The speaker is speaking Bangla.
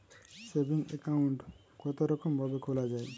সেভিং একাউন্ট কতরকম ভাবে খোলা য়ায়?